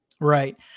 Right